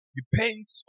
depends